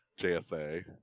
JSA